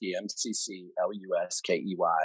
M-C-C-L-U-S-K-E-Y